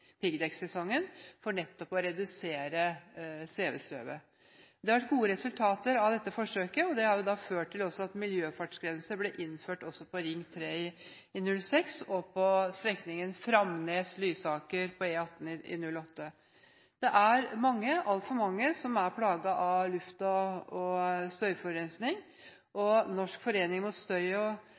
piggdekksesongen for å redusere svevestøvet. Det har vært gode resultater av dette forsøket, og det har jo ført til at miljøfartsgrense også ble innført på Ring 3 i 2006 og på strekningen Framnes–Lysaker på E18 i 2008. Det er mange – altfor mange – som er plaget av luft- og støyforurensning, og Norsk forening mot støy